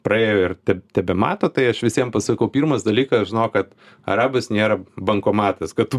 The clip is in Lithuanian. praėjo ir tebemato tai aš visiem pasakau pirmas dalykas žinok kad arabas nėra bankomatas kad tu